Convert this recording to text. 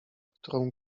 którą